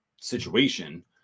situation